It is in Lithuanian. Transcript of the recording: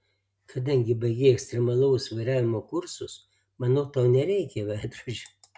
kadangi baigei ekstremalaus vairavimo kursus manau tau nereikia veidrodžio